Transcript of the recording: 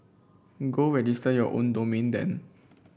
go register your own domain then